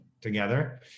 together